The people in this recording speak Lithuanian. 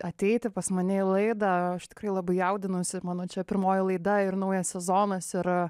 ateiti pas mane į laidą aš tikrai labai jaudinuosi mano čia pirmoji laida ir naujas sezonas yra